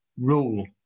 rule